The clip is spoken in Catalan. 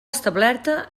establerta